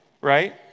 Right